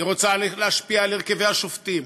היא רוצה להשפיע על הרכבי השופטים,